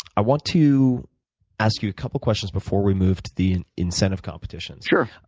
i want to ask you a couple questions before we move to the incentive competitions. sure.